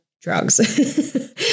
drugs